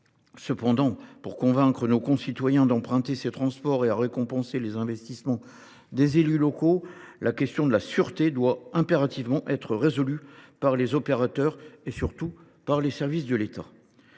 Cependant, pour convaincre nos concitoyens d’emprunter ces transports et récompenser les investissements des élus locaux, la question de la sûreté doit impérativement être résolue par les opérateurs et, surtout, par les services de l’État.